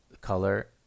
color